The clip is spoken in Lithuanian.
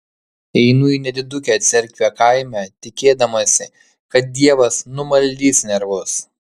einu į nedidukę cerkvę kaime tikėdamasi kad dievas numaldys nervus